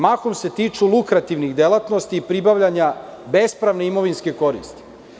Mahom se tiču lukrativnih delatnosti i pribavljanja bespravne imovinske koristi.